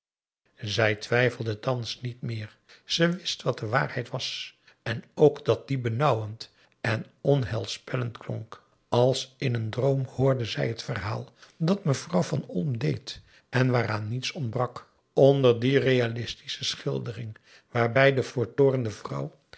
zij twijfelde thans niet meer ze wist wat de waarheid was en ook dat die benauwend en onheilspellend klonk als in een droom hoorde zij het verhaal dat mevrouw van olm deed en waaraan niets ontbrak onder die realistische schildering waarbij de vertoornde vrouw